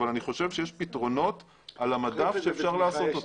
אבל אני חושב שיש פתרונות על המדף שאפשר לעשות אותם.